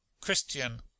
christian